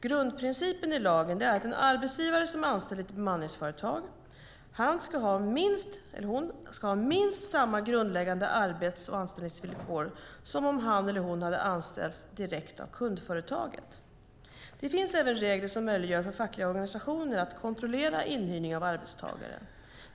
Grundprincipen i lagen är att en arbetstagare som är anställd i ett bemanningsföretag ska ha minst samma grundläggande arbets och anställningsvillkor som om han eller hon anställts direkt av kundföretaget. Det finns även regler som möjliggör för fackliga organisationer att kontrollera inhyrning av arbetstagare.